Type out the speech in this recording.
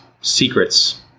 secrets